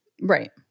right